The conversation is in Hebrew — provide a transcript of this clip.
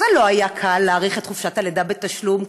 זה לא היה קל להאריך את חופשת הלידה בתשלום,